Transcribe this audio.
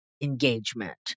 engagement